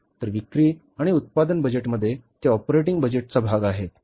तर विक्री आणि उत्पादन बजेटमध्ये ते ऑपरेटिंग बजेटचा भाग आहेत